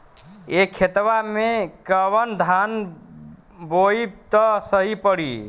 ए खेतवा मे कवन धान बोइब त सही पड़ी?